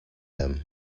him